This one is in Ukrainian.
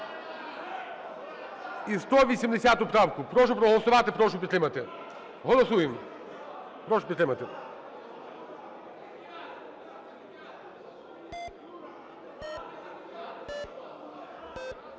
і 180 правки. Прошу проголосувати, прошу підтримати. Голосуємо. Прошу підтримати.